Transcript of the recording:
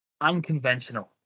unconventional